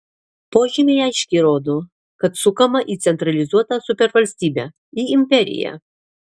požymiai aiškiai rodo kad sukama į centralizuotą supervalstybę į imperiją